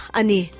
ani